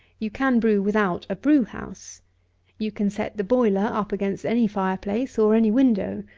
you can brew without a brew-house you can set the boiler up against any fire-place, or any window.